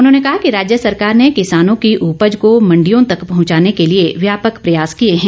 उन्होंने कहा कि राज्य सरकार ने किसानों की उपज को मंडियों तक पहुंचाने के लिए व्यापक प्रयास किए हैं